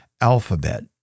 alphabet